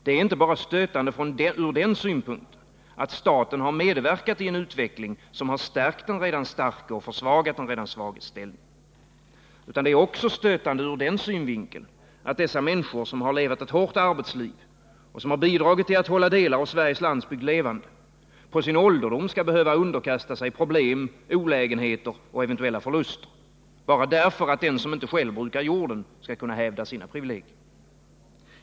Det är inte bara stötande ur den synpunkten att staten har medverkat i en utveckling som stärkt den redan starkes och försvagat den redan svages ställning. Det är också stötande ur den synvinkeln att dessa människor, som levat ett hårt arbetsliv och som bidragit till att hålla delar av Sveriges landsbygd levande, på sin ålderdom skall behöva underkasta sig problem, olägenheter och eventuella förluster, bara därför att den som inte själv brukar jorden skall kunna hävda sina privilegier.